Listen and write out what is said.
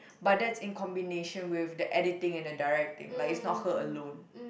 but that's in combination with the editing and the directing like it's not her alone